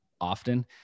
often